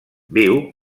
viu